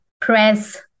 press